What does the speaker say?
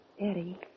Eddie